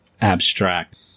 abstract